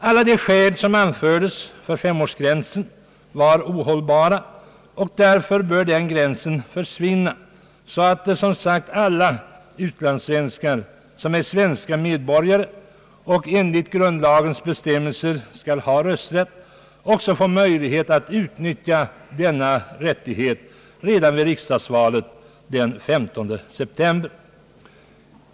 Alla de skäl som anförts för femårsgränsen är ohållbara, och därför bör den gränsen försvinna, så att alla utlandssvenskar som är svenska medborgare och enligt grundlagens bestämmelser skall ha rösträtt också får möjlighet att utnyttja denna rättighet redan vid riksdagsmannavalet den 15 september i år.